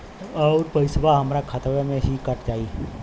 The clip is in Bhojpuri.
अउर पइसवा हमरा खतवे से ही कट जाई?